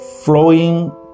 flowing